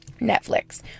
Netflix